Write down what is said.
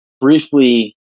briefly